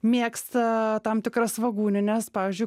mėgsta tam tikras svogūnines pavyzdžiui